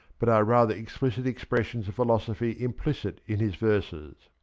but are rather explicit expressions of philosophy im plicit in his verses,